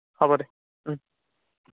হ'ব দে